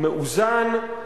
מאוזן.